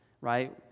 right